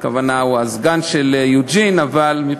מה הכוונה?